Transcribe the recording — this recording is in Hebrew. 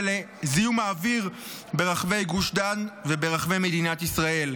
ולזיהום האוויר ברחבי גוש דן וברחבי מדינת ישראל.